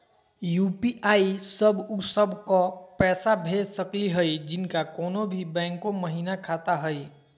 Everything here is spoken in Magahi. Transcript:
यू.पी.आई स उ सब क पैसा भेज सकली हई जिनका कोनो भी बैंको महिना खाता हई?